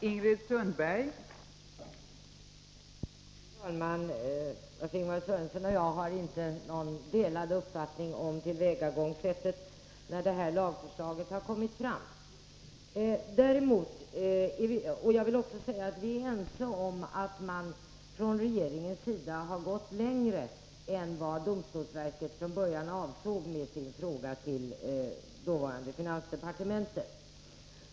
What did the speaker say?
Fru talman! Lars-Ingvar Sörenson och jag har samma uppfattning om tillvägagångssättet när detta lagförslag kom till. Vi är också ense om att regeringen har gått längre än domstolsverket från början avsåg med sin fråga till dåvarande finansdepartementet.